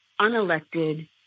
unelected